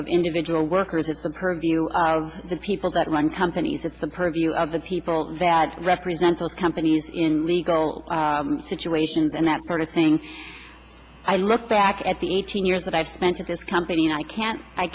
of individual workers it's the purview of the people that run companies it's the purview of the people that represent all companies in legal situations and that sort of thing i look back at the eighteen years that i've spent at this company and i can't i